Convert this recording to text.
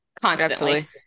constantly